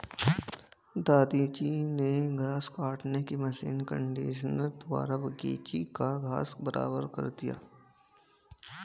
दादाजी ने घास काटने की मशीन कंडीशनर द्वारा बगीची का घास बराबर कर दिया